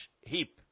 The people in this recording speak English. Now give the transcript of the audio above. heap